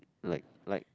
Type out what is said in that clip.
like like